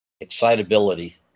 excitability